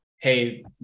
Hey